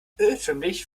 irrtümlich